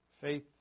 Faith